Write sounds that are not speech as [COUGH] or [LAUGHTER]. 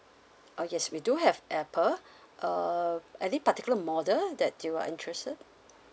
oh yes we do have apple [BREATH] uh any particular model that you are interested